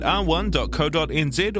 r1.co.nz